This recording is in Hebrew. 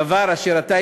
דבר אשר אתה,